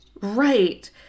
Right